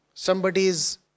Somebody's